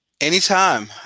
Anytime